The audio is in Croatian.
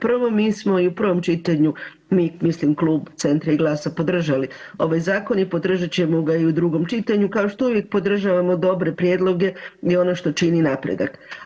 Prvo mi smo i u prvom čitanju, mi mislim Klub Centra i Glasa podržali ovaj zakon i podržat ćemo ga i u drugom čitanju kao što uvijek podržavamo dobre prijedloge i ono što čini napredak.